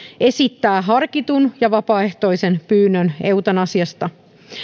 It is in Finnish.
esittää harkitun ja vapaaehtoisen pyynnön eutanasiasta